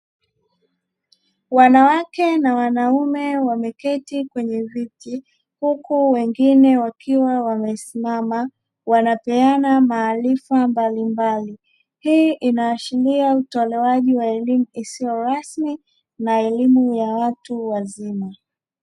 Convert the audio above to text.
Wanawake na wanaume wameketi kwenye viti huku wengine wakiwa wamesimama, wanapeana maarifa mbalimbali. Hii inaashiria utolewaji wa elimu isiyo rasmi na elimu ya watu wazima.